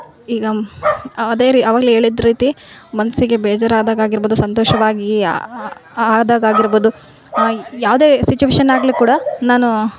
ಈಗ ಅದೇ ರೀ ಅವಾಗಲೇ ಹೇಳಿದ್ ರೀತಿ ಮನಸಿಗೆ ಬೇಜಾರಾದಾಗ ಆಗಿರ್ಬೋದು ಸಂತೋಷವಾಗಿ ಆದಾಗ ಆಗಿರ್ಬೋದು ಈ ಯಾವುದೇ ಸಿಚ್ಯುವೇಷನ್ ಆಗಲಿ ಕೂಡ ನಾನು